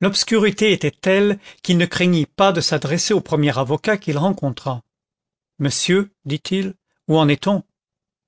l'obscurité était telle qu'il ne craignit pas de s'adresser au premier avocat qu'il rencontra monsieur dit-il où en est-on